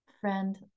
friend